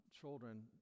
children